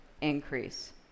increase